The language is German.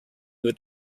nur